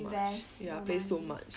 invest your money